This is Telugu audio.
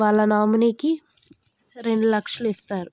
వాళ్ళ నామినీకి రెండు లక్షలిస్తారు